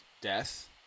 death